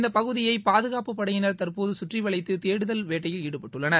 இந்த பகுதியை பாதுகாப்பு படையினர் தற்போது கற்றி வளைத்து தேடுதல் வேட்டையில் ஈடுபட்டுள்ளனர்